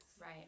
Right